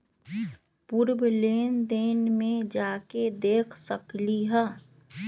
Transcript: पूर्व लेन देन में जाके देखसकली ह?